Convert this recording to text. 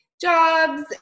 jobs